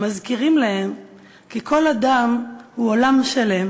הם מזכירים להם כי כל אדם הוא עולם שלם